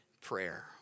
prayer